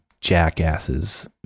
jackasses